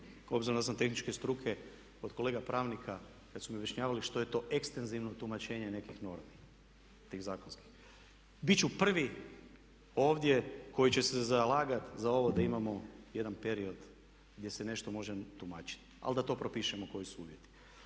obzirom da sam tehničke struke od kolega pravnika kad su mi objašnjavali što je to ekstenzivno tumačenje nekih normi, tih zakonskih. Bit ću prvi ovdje koji će se zalagat za ovo da imamo jedan period gdje se nešto može tumačiti. Ali da to propišemo koji su uvjeti.